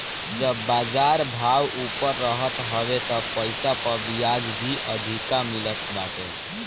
जब बाजार भाव ऊपर रहत हवे तब पईसा पअ बियाज भी अधिका मिलत बाटे